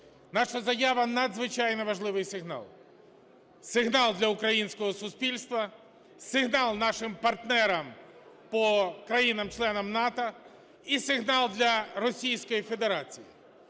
Наша заява – надзвичайно важливий сигнал, сигнал для українського суспільства, сигнал нашим партнерам по країнах-членах НАТО і сигнал для Російської Федерації.